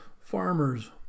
Farmers